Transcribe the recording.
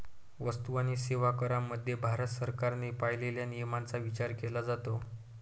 वस्तू आणि सेवा करामध्ये भारत सरकारने पाळलेल्या नियमांचा विचार केला जातो